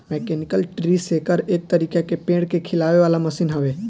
mechanical tree shaker एक तरीका के पेड़ के हिलावे वाला मशीन हवे